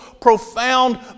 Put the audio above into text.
profound